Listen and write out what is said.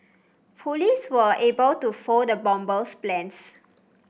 police were able to foil the bomber's plans